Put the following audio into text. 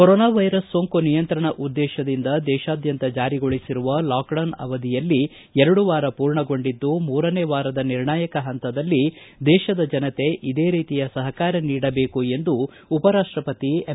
corona virus ಸೋಂಕು ನಿಯಂತ್ರಣ ಉದ್ದೇಶದಿಂದ ದೇಶಾದ್ಯಂತ ಜಾರಿಗೊಳಿಸಿರುವ ಲಾಕ್ಡೌನ್ ಅವಧಿಯಲ್ಲಿ ಎರಡು ವಾರ ಪೂರ್ಣಗೊಂಡಿದ್ದು ಮೂರನೇ ವಾರದ ನಿರ್ಣಾಯಕ ಹಂತದಲ್ಲಿ ದೇತದ ಜನತೆ ಇದೇ ರೀತಿಯ ಸಹಕಾರ ನೀಡಬೇಕು ಎಂದು ಉಪರಾಷ್ಟಪತಿ ಎಂ